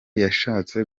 yashatse